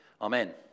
amen